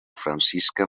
francisca